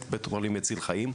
באמת בית חולים מציל חיים,